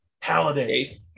Halliday